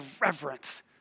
reverence